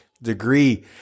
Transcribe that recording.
Degree